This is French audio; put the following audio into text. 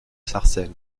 sarcelles